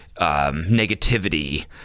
negativity